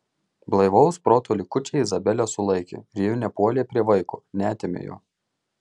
blaivaus proto likučiai izabelę sulaikė ir ji nepuolė prie vaiko neatėmė jo